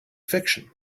fiction